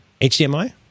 HDMI